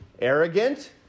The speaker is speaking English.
Arrogant